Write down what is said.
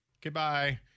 goodbye